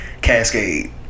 Cascade